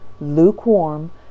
lukewarm